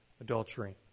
adultery